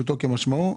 פשוטו כמשמעו,